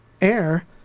Air